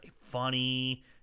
funny